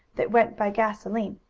that went by gasoline,